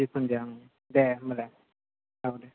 जिखुनुजाया ओं दे होनबालाय औ दे